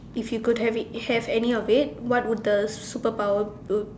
if you could have it have any of it what will the superpowers do